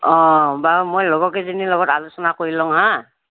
অ বাৰু মই লগৰকেইজনীৰ লগত আলোচনা কৰি লওঁ হা